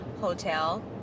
hotel